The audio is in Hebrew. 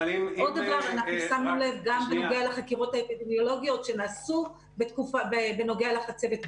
אנחנו שמנו לב גם בנוגע לחקירות האפידמיולוגיות שנעשו בנוגע לחצבת,